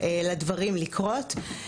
לדברים לקרות.